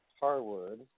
Harwood